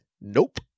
nope